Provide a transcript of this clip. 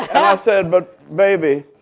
i said, but, baby,